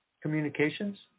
communications